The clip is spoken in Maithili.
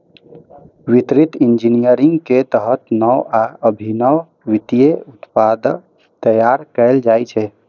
वित्तीय इंजीनियरिंग के तहत नव आ अभिनव वित्तीय उत्पाद तैयार कैल जाइ छै